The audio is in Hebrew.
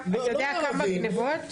אתה יודע כמה גניבות?